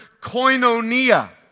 koinonia